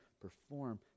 perform